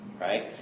Right